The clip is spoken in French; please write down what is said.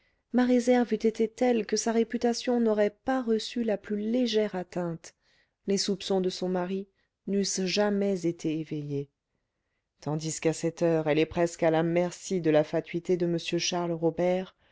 ma réserve eût été telle que sa réputation n'aurait pas reçu la plus légère atteinte les soupçons de son mari n'eussent jamais été éveillés tandis qu'à cette heure elle est presque à la merci de la fatuité de m charles robert